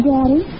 Daddy